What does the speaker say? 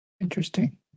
Interesting